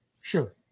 sure